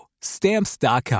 Stamps.com